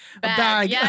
bag